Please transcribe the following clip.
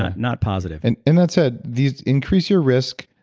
ah not positive and and that said, these increase your risk.